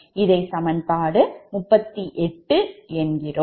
இதை சமன்பாடு 38 என்கிறோம்